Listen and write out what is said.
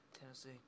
Tennessee